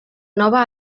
nova